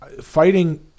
fighting